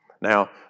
Now